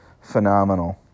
phenomenal